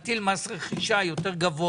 שנים רבות בעצם,